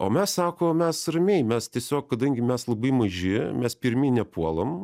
o mes sako mes ramiai mes tiesiog kadangi mes labai maži mes pirmi nepuolam